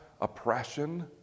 oppression